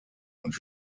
und